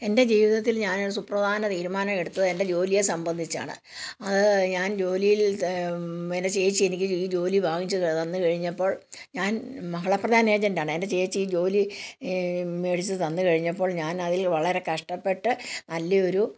എൻ്റെ ജീവിതത്തിൽ ഞാനൊരു സുപ്രധാന തീരുമാനം എടുത്തത് എൻ്റെ ജോലിയെ സംബന്ധിച്ചാണ് അത് ഞാൻ ജോലിയിൽ എൻ്റെ ചേച്ചി എനിക്ക് ഈ ജോലി വാങ്ങിച്ചു തന്നു കഴിഞ്ഞപ്പോൾ ഞാൻ മഹിള പ്രധാൻ ഏജന്റാണ് എൻ്റെ ചേച്ചി ഈ ജോലി മേടിച്ചു തന്നു കഴിഞ്ഞപ്പോൾ ഞാൻ അതിൽ വളരെ കഷ്ടപ്പെട്ട് നല്ല ഒരു